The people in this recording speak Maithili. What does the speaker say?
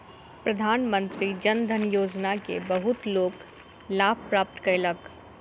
प्रधानमंत्री जन धन योजना के बहुत लोक लाभ प्राप्त कयलक